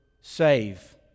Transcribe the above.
save